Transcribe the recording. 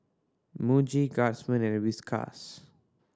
Muji Guardsman and Whiskas